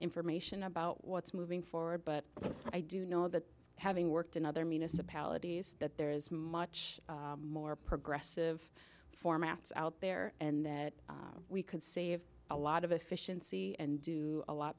information about what's moving forward but i do know that having worked in other municipalities that there is much more progressive formats out there and that we can save a lot of efficiency and do a lot